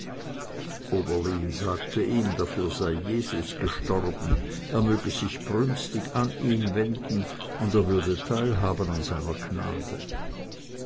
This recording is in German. oberlin sagte ihm dafür sei jesus gestorben er möge sich brünstig an ihn wenden und er würde teilhaben an seiner gnade